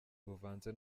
buvanze